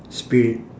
spirit